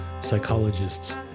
psychologists